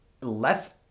less